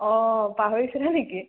অঁ পাহৰিছিলে নেকি